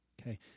Okay